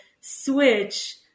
switch